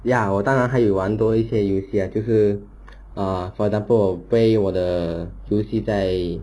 ya 我当然还有玩多一些游戏 ah 就是 ah for example 我背我的